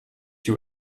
you